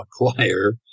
acquire